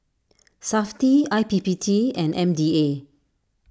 SAFTI I P P T and M D A